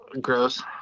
Gross